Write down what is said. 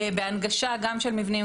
בהנגשה גם של מבנים,